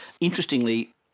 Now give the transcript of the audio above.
Interestingly